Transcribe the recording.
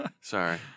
Sorry